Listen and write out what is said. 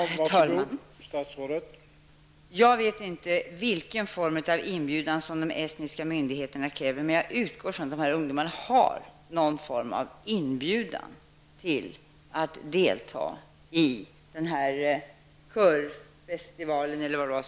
Herr talman! Jag vet inte vilken form av inbjudan som de estniska myndigheterna kräver, men jag utgår ifrån att dessa ungdomar har en inbjudan till att delta i den här körfestivalen.